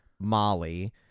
Molly